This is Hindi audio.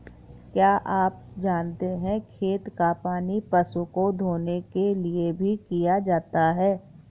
क्या आप जानते है खेत का पानी पशु को धोने के लिए भी किया जाता है?